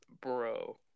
Bro